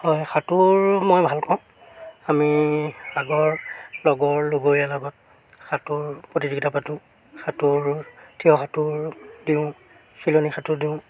হয় সাঁতোৰ মই ভালপাওঁ আমি আগৰ লগৰ লগৰীয়া লগত সাঁতোৰ প্ৰতিযোগিতা পাতোঁ সাঁতোৰ থিয় সাঁতোৰ দিওঁ চিলনী সাঁতোৰ দিওঁ